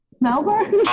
Melbourne